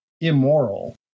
immoral